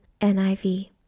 NIV